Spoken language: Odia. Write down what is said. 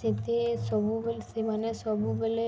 ସେତେ ସବୁବେଲେ ସେମାନେ ସବୁବେଲେ